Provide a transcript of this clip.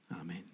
Amen